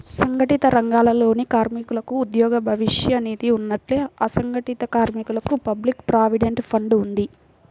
సంఘటిత రంగాలలోని కార్మికులకు ఉద్యోగ భవిష్య నిధి ఉన్నట్టే, అసంఘటిత కార్మికులకు పబ్లిక్ ప్రావిడెంట్ ఫండ్ ఉంది